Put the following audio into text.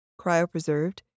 cryopreserved